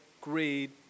greed